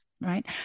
Right